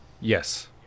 Yes